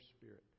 Spirit